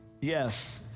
yes